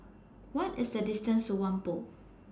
What IS The distance to Whampoa